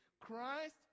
Christ